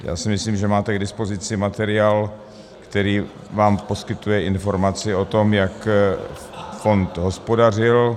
Já si myslím, že máte k dispozici materiál, který vám poskytuje informaci o tom, jak fond hospodařil.